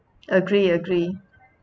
agree agree